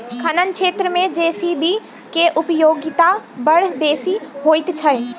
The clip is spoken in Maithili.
खनन क्षेत्र मे जे.सी.बी के उपयोगिता बड़ बेसी होइत छै